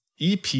EP